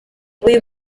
uyu